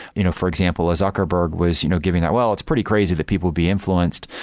you know for example, a zuckerberg was you know giving that, well, it's pretty crazy that people be influenced.